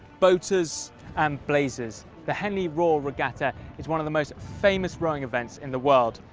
boaters and blazers. the henley royal regatta is one of the most famous rowing events in the world.